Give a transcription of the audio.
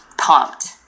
pumped